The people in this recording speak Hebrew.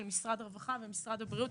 של משרד הרווחה ומשרד הבריאות.